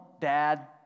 Dad